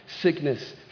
Sickness